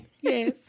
Yes